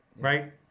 right